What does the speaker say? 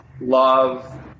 love